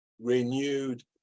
renewed